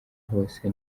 hose